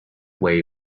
way